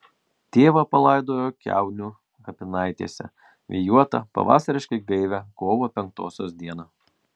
tėvą palaidojo kiaunių kapinaitėse vėjuotą pavasariškai gaivią kovo penktosios dieną